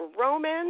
roman